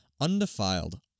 undefiled